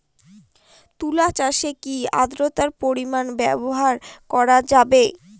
তুলা চাষে কি আদ্রর্তার পরিমাণ ব্যবহার করা যাবে?